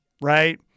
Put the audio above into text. right